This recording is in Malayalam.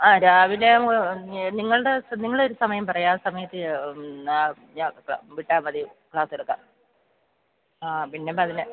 ആ രാവിലെ നിങ്ങളുടെ നിങ്ങൾ ഒരു സമയം പറയുക ആ സമയത്ത് എന്നാ ഞങ്ങൾക്ക് വിട്ടാൽ മതി ക്ലാസ് എടുക്കാൻ ആ പിന്നെ പതിനെ